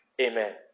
Amen